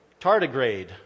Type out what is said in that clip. Tardigrade